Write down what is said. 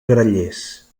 grallers